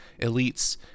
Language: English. Elites